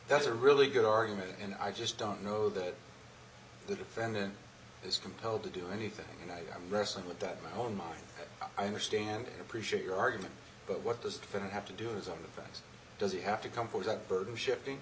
that's a really good argument and i just don't know that the defendant is compelled to do anything and i'm wrestling with that my own mind i understand and appreciate your argument but what does that have to do is on the facts does it have to come forth a burden shifting